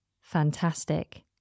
Fantastic